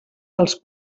dels